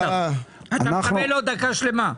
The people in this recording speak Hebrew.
אתה מקבל עוד דקה שלמה.